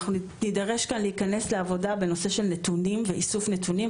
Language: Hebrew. אנחנו נידרש כאן להתכנס לעבודה בנושא של נתונים ואיסוף נתונים,